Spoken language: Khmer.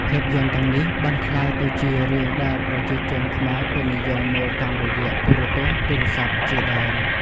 ភាពយន្តទាំងនេះបានក្លាយទៅជារឿងដែរប្រជាជនខ្មែរពេញនិយមមើលតាមរយៈ ទូរទស្សន៍ ទូរស័ព្ទជាដើម ។